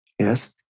Yes